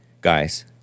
guys